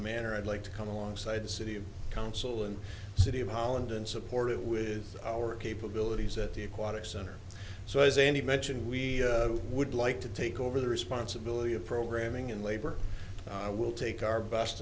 manner i'd like to come alongside city of council and city of holland and support it with our capabilities at the aquatic center so as any mention we would like to take over the responsibility of programming and labor we'll take our best